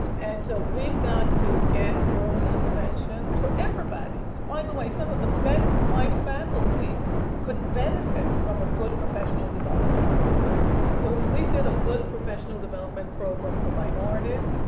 and so we've got to get early intervention for everybody. by the way, some of the best white faculty could benefit from a good professional development program. so if we did a good professional development program for minorities,